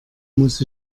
muss